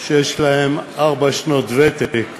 שיש להם ארבע שנות ותק,